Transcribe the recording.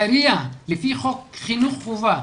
העירייה לפי חוק חינוך חובה,